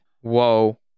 Whoa